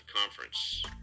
conference